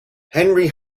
henry